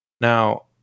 Now